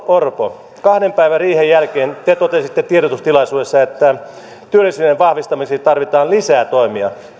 orpo kahden päivän riihen jälkeen te totesitte tiedotustilaisuudessa että työllisyyden vahvistamiseen tarvitaan lisää toimia